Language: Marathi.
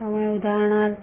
त्यामुळे उदाहरणार्थ